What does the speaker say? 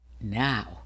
Now